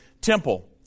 temple